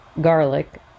garlic